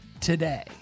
today